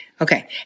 Okay